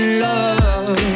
love